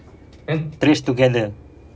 trace together